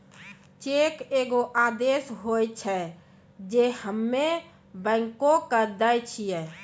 cheque एगो आदेश होय छै जे हम्मे बैंको के दै छिये